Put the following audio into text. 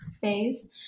phase